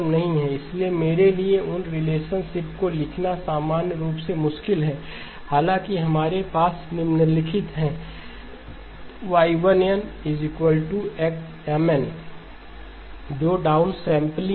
इसलिए मेरे लिए उस रिलेशनशिप को लिखना सामान्य रूप से मुश्किल है हालाँकि हमारे पास निम्नलिखित हैं Y1nMn जो डाउनसैंपलिंग है